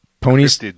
ponies